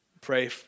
pray